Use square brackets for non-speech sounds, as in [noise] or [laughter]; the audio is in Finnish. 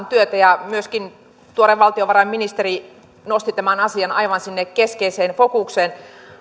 [unintelligible] työtä ja myöskin tuore valtiovarainministeri nosti tämän asian aivan sinne keskeiseen fokukseen